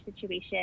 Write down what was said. situation